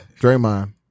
Draymond